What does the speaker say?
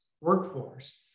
workforce